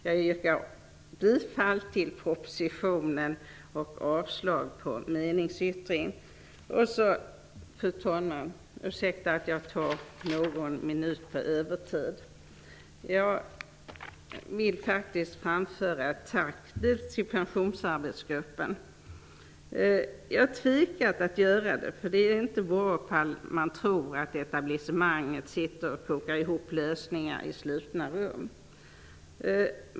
Jag yrkar bifall till propositionen och avslag på meningsyttringen. Fru talman! Ursäkta att jag talar litet på övertid. Jag vill faktiskt framföra ett tack till Pensionsarbetsgruppen. Jag har tvekat inför att göra det, eftersom det inte är bra om man tror att etablissemanget sitter och kokar ihop lösningar i slutna rum.